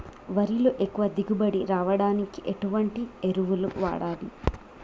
వరిలో ఎక్కువ దిగుబడి రావడానికి ఎటువంటి ఎరువులు వాడాలి?